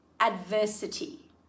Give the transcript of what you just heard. adversity